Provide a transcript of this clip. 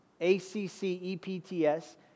A-C-C-E-P-T-S